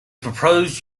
proposed